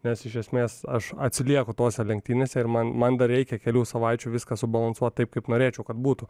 nes iš esmės aš atsilieku tose lenktynėse ir man man dar reikia kelių savaičių viską subalansuot taip kaip norėčiau kad būtų